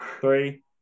three